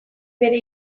bere